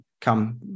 come